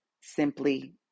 simply